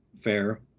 fair